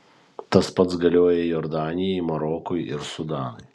tas pats galioja jordanijai marokui ir sudanui